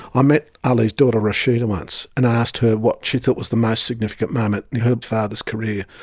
ah met ali's daughter rasheda once and i asked her what she thought was the most significant moment in her father's career.